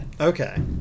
okay